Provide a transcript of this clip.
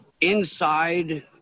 inside